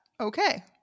okay